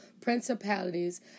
principalities